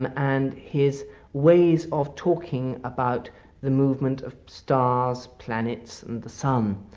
and and his ways of talking about the movement of stars, planets and the sun.